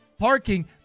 Parking